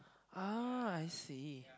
ah I see